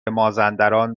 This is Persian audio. مازندران